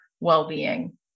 well-being